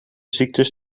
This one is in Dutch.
ziektes